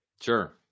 Sure